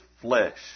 flesh